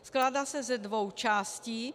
Skládá se ze dvou částí.